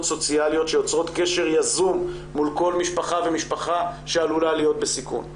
סוציאליות שיוצרות קשר יזום מול כל משפחה ומשפחה שעלולה להיות בסיכון.